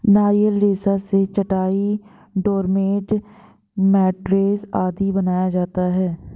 नारियल रेशा से चटाई, डोरमेट, मैटरेस आदि बनाया जाता है